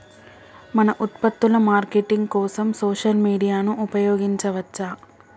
మన ఉత్పత్తుల మార్కెటింగ్ కోసం సోషల్ మీడియాను ఉపయోగించవచ్చా?